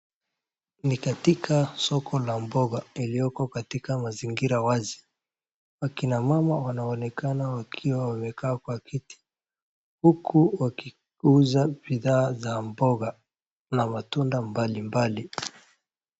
Ni katika soko la mboga ilyoko katika mazingira wazi. Akina mama wanaonekana wakiwa wamekaa kwa kiti, huku wakiuza bidhaa za mboga na matunda mbalimbali.